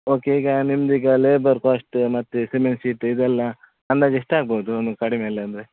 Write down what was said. okay ಈಗ ನಿಮ್ಮದೀಗ labour cost ಮತ್ತು ಸಿಮೆಂಟ್ ಶೀಟ್ ಇದೆಲ್ಲ ಅಂದಾಜು ಎಷ್ಟಾಗ್ಬೋದು ಒಂದು ಕಡಿಮೆಯಲ್ಲಿ ಅಂದರೆ